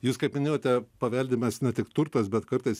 jūs kaip minėjote paveldimas ne tik turtas bet kartais